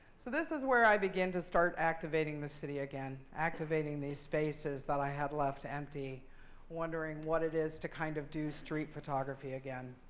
so this is where i begin to start activating the city again. activating these spaces that i had left empty wondering what it is to kind of do street photography again.